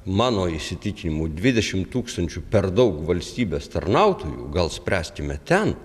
mano įsitikinimu dvidešim tūkstančių per daug valstybės tarnautojų gal spręskime ten